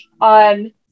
on